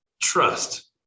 Trust